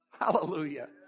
hallelujah